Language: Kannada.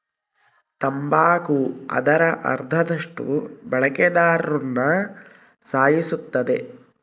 ತಂಬಾಕು ಅದರ ಅರ್ಧದಷ್ಟು ಬಳಕೆದಾರ್ರುನ ಸಾಯಿಸುತ್ತದೆ